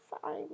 sorry